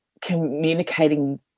communicating